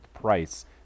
price